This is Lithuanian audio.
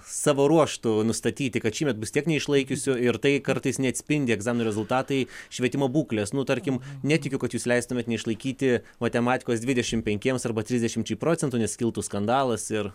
savo ruožtu nustatyti kad šįmet bus tiek neišlaikiusių ir tai kartais neatspindi egzaminų rezultatai švietimo būklės nu tarkim netikiu kad jūs leistumėt neišlaikyti matematikos dvidešim penkiems arba trisdešimčiai procentų nes kiltų skandalas ir